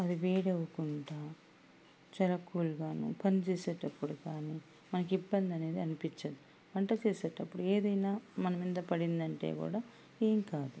అది వేది అవ్వకుండా చాలా కూల్గాను పని చేసేటప్పుడు కానీ మనకి ఇబ్బంది అనేది అనిపించదు వంట చేసేటప్పుడు ఏదన్నా మన మీద పడిందంటే కూడా ఏం కాదు